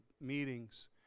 meetings